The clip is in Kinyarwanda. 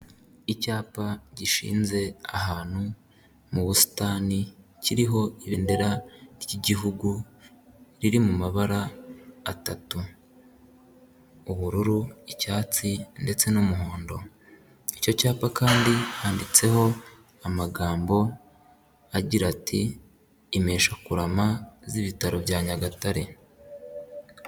Icyapa gishinze ahantu mu busitani, kiriho ibendera ry'Igihugu riri mu mabara atatu ubururu, icyatsi ndetse n'umuhondo, icyo cyapa kandi handitseho amagambo agira ati impesha kurama z'ibitaro bya Nyagatare.